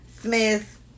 Smith